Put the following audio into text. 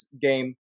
game